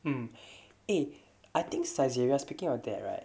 I'm a I think saizeriya speaking of that right